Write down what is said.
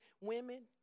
women